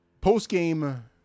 post-game